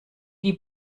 die